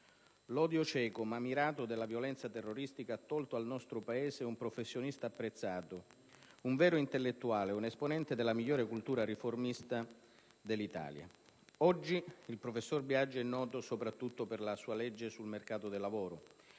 L'odio cieco ma mirato della violenza terroristica ha tolto al nostro Paese un professionista apprezzato, un vero intellettuale, un esponente della migliore cultura riformista dell'Italia. Oggi, il professor Biagi è noto soprattutto per la sua legge sul mercato del lavoro;